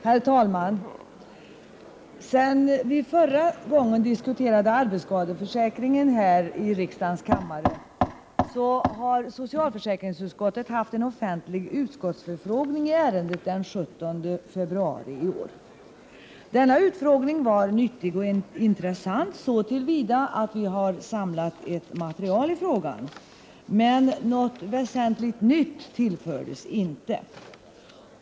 Herr talman! Sedan vi förra gången diskuterade arbetsskadeförsäkringen här i riksdagens kammare har socialförsäkringsutskottet haft en offentlig utfrågning i ärendet den 17 februari i år. Denna utfrågning var nyttig och intressant så till vida att vi har ett samlat material i frågan, men något väsentligt nytt tillfördes inte.